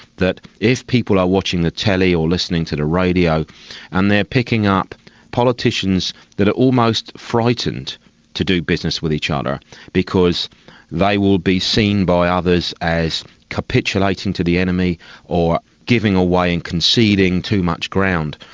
that if people are watching the telly or listening to the radio and they are picking up politicians that are almost frightened to do business with each other because they will be seen by others as capitulating to the enemy or giving away and conceding too much ground,